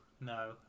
no